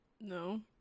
No